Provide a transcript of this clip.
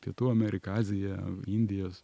pietų ameriką aziją indijas